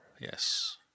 Yes